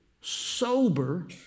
sober